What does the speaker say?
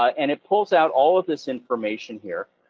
ah and it pulls out all of this information here.